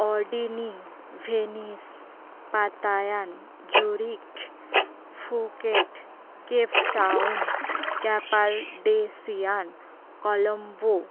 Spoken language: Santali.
ᱚᱰᱤᱱᱤ ᱵᱷᱮᱱᱤᱥ ᱯᱟᱛᱟᱭᱟᱱ ᱡᱳᱨᱤᱠ ᱯᱷᱩᱠᱮᱴ ᱠᱮᱯᱴᱟᱣᱩᱱ ᱠᱮᱯᱟᱞᱰᱤᱥᱤᱭᱟᱱ ᱠᱚᱞᱚᱢᱵᱳ